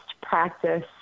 practice